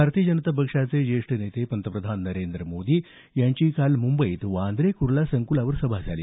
भाजपचे ज्येष्ठ नेते पंतप्रधान नरेंद्र मोदी यांनी काल मुंबईत वांद्रे कुर्ला संकुलावर सभा झाली